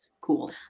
Cool